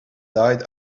died